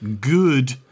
good